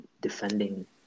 defending